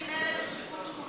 נגד מינהלת שיקום שכונות